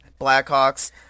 Blackhawks